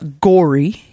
gory